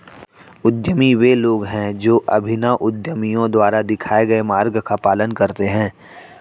उद्यमी वे लोग हैं जो अभिनव उद्यमियों द्वारा दिखाए गए मार्ग का पालन करते हैं